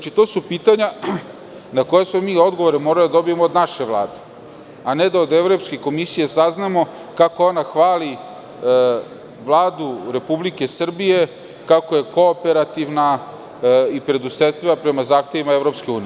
To su pitanja na koja smo mi morali odgovore da dobijemo od naše Vlade, a ne da od Evropske komisije saznamo kako ona hvali Vladu Republike Srbije, kako je kooperativna, predusetljiva prema zahtevima EU.